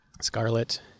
Scarlet